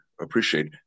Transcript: appreciate